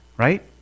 Right